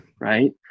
right